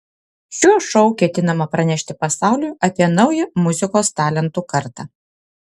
šiuo šou ketinama pranešti pasauliui apie naują muzikos talentų kartą